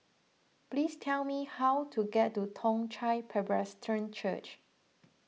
please tell me how to get to Toong Chai Presbyterian Church